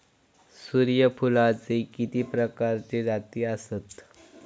सूर्यफूलाचे किती प्रकारचे जाती आसत?